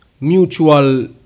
Mutual